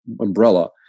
umbrella